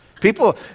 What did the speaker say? People